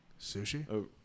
sushi